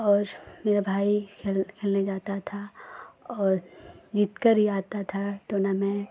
और मेरा भाई खेल खेलने जाता था और जीत कर हीं आता था टूर्नामेंट